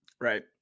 right